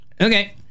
Okay